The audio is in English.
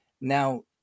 now